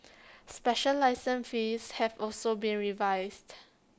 special license fees have also been revised